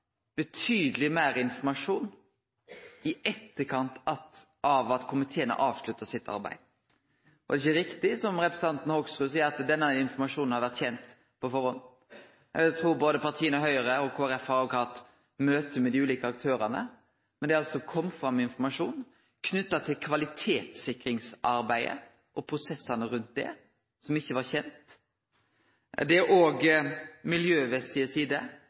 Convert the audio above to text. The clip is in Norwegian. betydeleg meir informasjon i etterkant av at komiteen har avslutta arbeidet sitt. Det er ikkje riktig som representanten Hoksrud seier, at denne informasjonen har vore kjend på førehand. Eg trur at både Høgre og Kristeleg Folkeparti har hatt møte med dei ulike aktørane, men det har altså kome fram informasjon knytt til kvalitetssikringsarbeidet og prosessane rundt det som ikkje var kjend. Det er òg miljømessige sider og